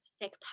thick